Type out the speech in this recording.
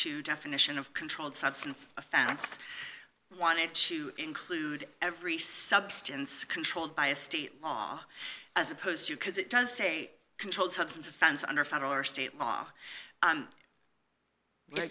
s definition of controlled substance offense wanted to include every substance controlled by a state law as opposed to because it does say controlled substance offense under federal or state law